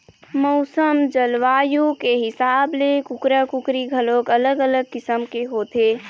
मउसम, जलवायु के हिसाब ले कुकरा, कुकरी घलोक अलग अलग किसम के होथे